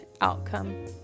outcome